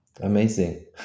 Amazing